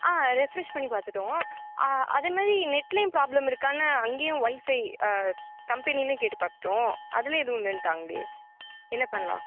ஆ refresh பண்ணி பார்த்துட்டோம் அதை மாதிரி நெட்லியும் ப்ராப்ளம் இருக்கானு அங்கேயும் ஒய்ஃபை கம்பெனிலேயும் கேட்டு பார்த்துட்டோம் அதுலேயும் எதுவும் இல்லேன்ட்டாங்களே என்ன பண்ணலாம்